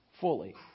fully